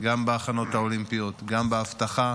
גם בהכנות האולימפיות, גם באבטחה.